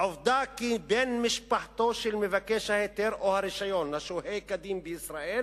העובדה כי בן משפחתו של מבקש ההיתר או הרשיון השוהה כדין בישראל